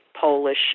Polish